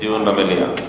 דיון במליאה.